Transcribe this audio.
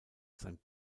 sein